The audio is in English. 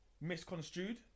misconstrued